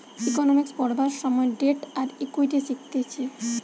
economics পড়বার সময় debt আর ইকুইটি শিখতিছে